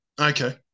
Okay